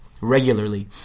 regularly